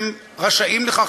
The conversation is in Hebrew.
הם רשאים לכך,